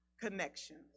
connections